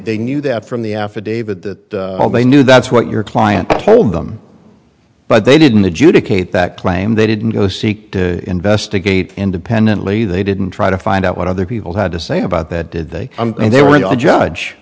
they knew that from the affidavit that they knew that's what your client told them but they didn't adjudicate that claim they didn't go seek to investigate independently they didn't try to find out what other people had to say about that did they and they were no judge